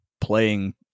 playing